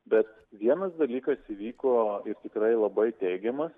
bet vienas dalykas įvyko ir tikrai labai teigiamas